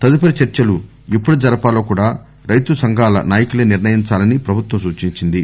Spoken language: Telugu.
తదుపరి చర్చలు ఎప్పుడు జరపాలో కూడా రైతు సంఘాల నాయకులే నిర్ణయిందాలని ప్రభుత్వం సూచించింది